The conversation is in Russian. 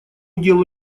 делу